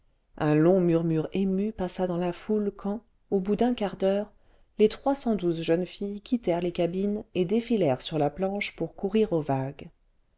un long murmure ému passa dans la foule quand au bout d'un quart d'heure les trois cent douze jeunes filles quittèrent les cabines et défilèrent sur la planche pour courir aux vagues